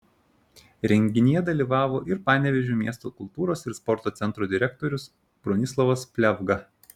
renginyje dalyvavo ir panevėžio miesto kultūros ir sporto centro direktorius bronislovas pliavga